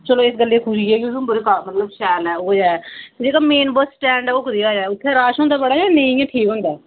चलो इक गल्लै दी खुशी ऐ कि उधमपुर च कम्म शैल होएया ऐ जेह्ड़ा मेन बस स्टैंड ऐ ओह् कनेहा ऐ उत्थै रश होंदा बडा जां नेईं इ'यां ठीक होंदा ऐ